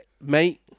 mate